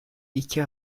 iki